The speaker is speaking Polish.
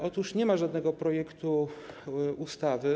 Otóż nie ma żadnego projektu ustawy.